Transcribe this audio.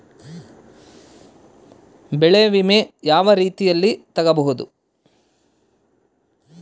ಬೆಳೆ ವಿಮೆ ಯಾವ ರೇತಿಯಲ್ಲಿ ತಗಬಹುದು?